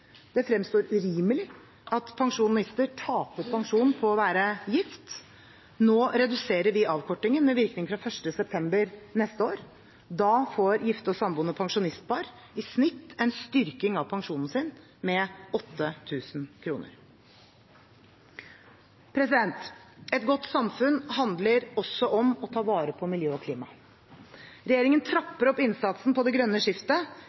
Det fremstår urimelig at pensjonister taper pensjon på å være gift. Nå reduserer vi avkortningen med virkning fra 1. september neste år. Da får gifte og samboende pensjonistpar i snitt en styrking av pensjonen sin med 8 000 kr. Et godt samfunn handler også om å ta vare på miljø og klima. Regjeringen trapper opp innsatsen på det grønne skiftet